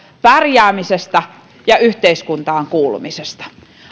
pärjäämisestä ja yhteiskuntaan kuulumisesta